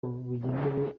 bugenewe